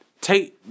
take